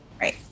Right